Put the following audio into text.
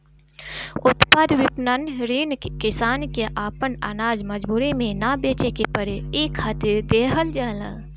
उत्पाद विपणन ऋण किसान के आपन आनाज मजबूरी में ना बेचे के पड़े इ खातिर देहल जाला